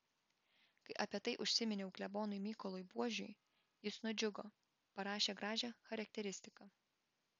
kai apie tai užsiminiau klebonui mykolui buožiui jis nudžiugo parašė gražią charakteristiką